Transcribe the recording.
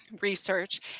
research